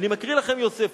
ואני מקריא לכם מיוספוס: